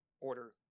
order